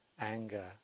anger